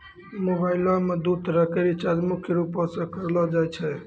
मोबाइलो मे दू तरह के रीचार्ज मुख्य रूपो से करलो जाय छै